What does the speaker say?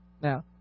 Now